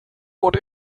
und